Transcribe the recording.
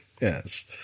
Yes